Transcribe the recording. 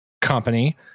company